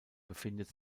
befindet